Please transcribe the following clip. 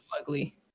ugly